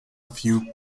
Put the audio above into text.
few